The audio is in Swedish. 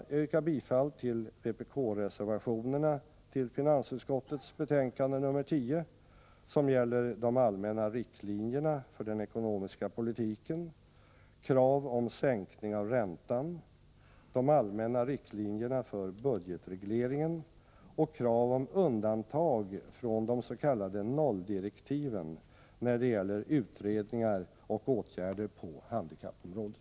Jag yrkar bifall till vpk-reservationerna till finansutskottets betänkande 1984/85:10; de gäller de allmänna riktlinjerna för den ekonomiska politiken, krav på sänkning av räntan, de allmänna riktlinjerna för budgetregleringen och krav på undantag från de s.k. nolldirektiven när det gäller utredningar och åtgärder på handikappområdet.